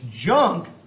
junk